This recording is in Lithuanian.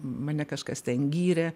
mane kažkas ten gyrė